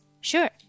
Sure